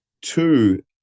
two